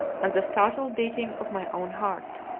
and the startled beating of my own heart.